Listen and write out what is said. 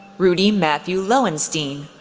rudy matthew lowenstein,